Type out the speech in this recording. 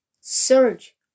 surge